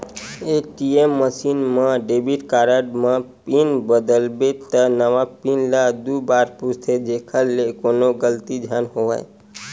ATM machine म debit card म PIN बदलबे त नवा पिन ल दू बार पूछथे जेखर ले कोनो गलती झन होवय